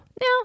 Now